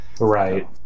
Right